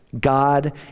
God